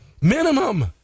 Minimum